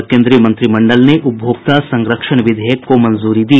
और कोन्द्रीय मंत्रिमंडल ने उपभोक्ता संरक्षण विधेयक को मंजूरी दी